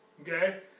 Okay